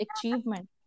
achievement